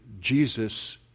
Jesus